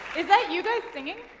is that you guys singing?